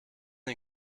den